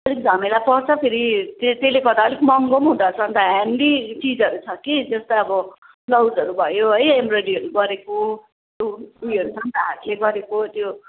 अलिक झमेला पर्छ फेरि त्यो त्यसले गर्दा अलिक महँगो पनि हुँदोरहेछ अन्त ह्यान्डी चिजहरू छ कि जस्तै अब ब्लाउजहरू भयो है इम्ब्रोइड्रीहरू गरेको उयोहरू छ नि त हातले गरेको त्यो